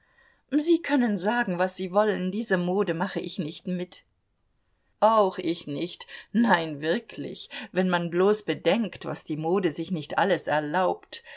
sie können sagen was sie wollen diese mode mache ich nicht mit auch ich nicht nein wirklich wenn man bloß bedenkt was die mode sich nicht alles erlaubt